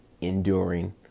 enduring